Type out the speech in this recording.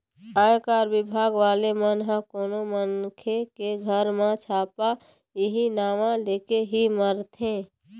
आयकर बिभाग वाले मन ह कोनो मनखे के घर म छापा इहीं नांव लेके ही मारथे